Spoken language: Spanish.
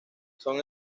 son